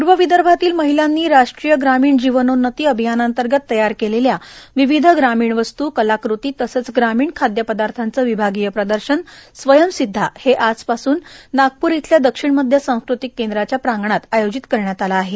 पूर्व विदर्मातील महिलांनी राष्ट्रीय ग्रामीण जीवनोन्नती अभियानांतर्गत तयार केलेल्या विविष ग्रामीण वस्तू कलाकृती तसंच ग्रामीण खाद्यपदार्याचं विमागीय प्रदर्शन स्वयंसिद्धा हे आजपासून नागपूर इयल्या दक्षिण मध्य सांस्कृतिक केंद्राच्या प्रांगणात आयोजित करण्यात आलं आहे